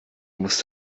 muss